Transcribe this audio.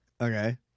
Okay